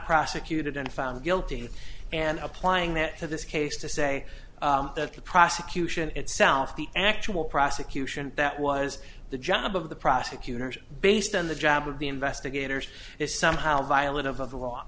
prosecuted and found guilty and applying that to this case to say that the prosecution itself the actual prosecution that was the job of the prosecutors based on the job of the investigators is somehow violent of of the law